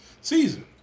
season